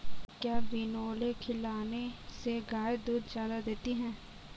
क्या बिनोले खिलाने से गाय दूध ज्यादा देती है?